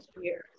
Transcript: years